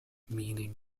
meaning